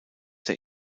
der